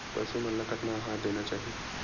पशु मन ला कतना आहार देना चाही?